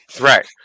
Right